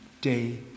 day